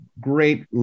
great